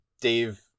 Dave